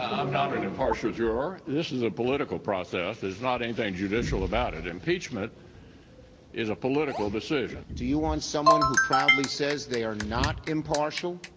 not an impartial juror. this is a political process. it's not anything judicial about it. impeachment is a political decision. do you want someone who proudly says they are not impartial